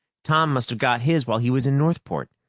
tom must have got his while he was in northport.